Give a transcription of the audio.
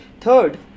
third